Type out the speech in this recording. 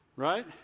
right